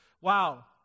Wow